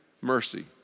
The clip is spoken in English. mercy